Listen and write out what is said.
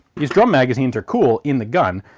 these drum magazines are cool in the gun,